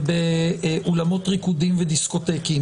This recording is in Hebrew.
ובאולמות ריקודים ודיסקוטקים,